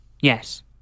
Yes